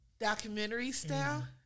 documentary-style